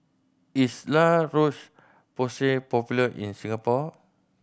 is La Roche Porsay popular in Singapore